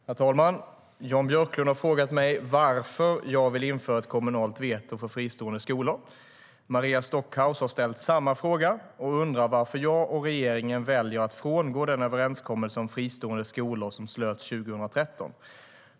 Herr talman! Jan Björklund har frågat mig varför jag vill införa ett kommunalt veto för fristående skolor. Maria Stockhaus har ställt samma fråga och undrar varför jag och regeringen väljer att frångå den överenskommelse om fristående skolor som slöts 2013.